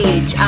Age